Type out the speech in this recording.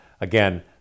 Again